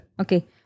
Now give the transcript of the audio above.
Okay